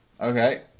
okay